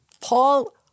Paul